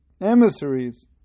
emissaries